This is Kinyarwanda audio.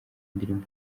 indirimbo